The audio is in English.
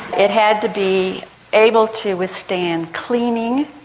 it had to be able to withstand cleaning,